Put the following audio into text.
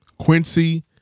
Quincy